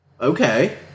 Okay